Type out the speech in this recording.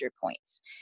points